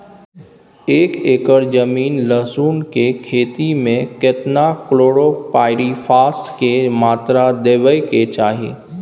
एक एकर जमीन लहसुन के खेती मे केतना कलोरोपाईरिफास के मात्रा देबै के चाही?